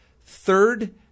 Third